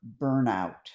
burnout